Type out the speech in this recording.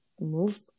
move